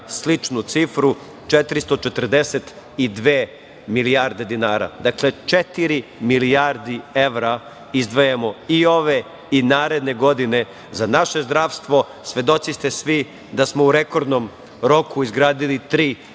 sličnu cifru, 442 milijarde dinara. Dakle, četiri milijardi evra izdvajamo i ove i naredne godine za naše zdravstvo. Svedoci ste svi da smo u rekordnom roku izgradili tri